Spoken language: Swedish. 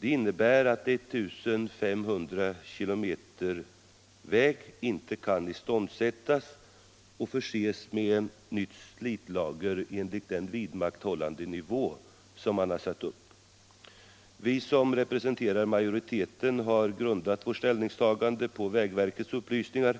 Detta innebär att I 500 km väg inte kan iståndsättas och förses med nya slitlager enligt den vidmakthållandenivå som man har ställt upp som mål. Vi som representerar majoriteten har grundat vårt ställningstagande på vägverkets upplysningar